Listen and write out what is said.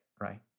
right